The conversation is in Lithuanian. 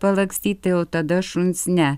palakstyti o tada šuns ne